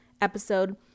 episode